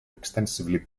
extensively